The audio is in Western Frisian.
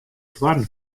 doarren